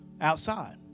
outside